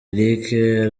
eric